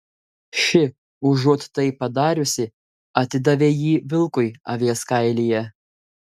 ši užuot tai padariusi atidavė jį vilkui avies kailyje